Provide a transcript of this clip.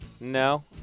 No